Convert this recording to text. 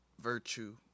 virtue